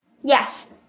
Yes